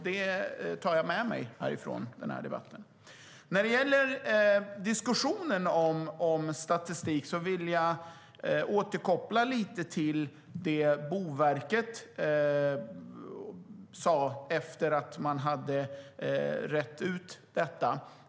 Det tar jag med mig från den här debatten. När det gäller diskussionen om statistik vill jag återkoppla till det som Boverket sa efter att man hade rett ut detta.